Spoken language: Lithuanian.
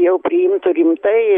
jau priimtų rimtai